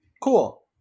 Cool